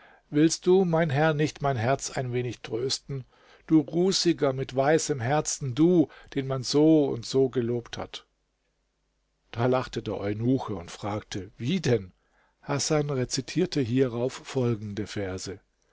willst du mein herr nicht mein herz ein wenig trösten du rußiger mit weißem herzen du den man so und so gelobt hat da lachte der eunuche und fragte wie denn hasan rezitierte hierauf folgende verse